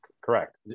Correct